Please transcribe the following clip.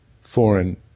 foreign